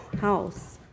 house